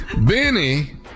Benny